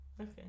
Okay